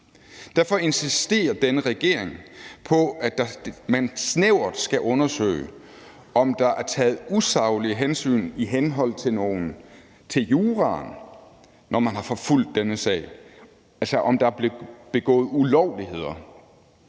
Derfor insisterer denne regering på, at man snævert skal undersøge, om der er taget usaglige hensyn i henhold til juraen, når man har forfulgt denne sag, altså om der er blevet begået ulovligheder.